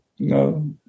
No